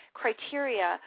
criteria